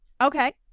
Okay